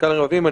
מנכ"ל רגבים.